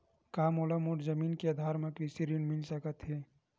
का मोला मोर जमीन के आधार म कृषि ऋण मिल सकत हे?